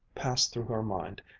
passed through her mind,